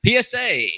PSA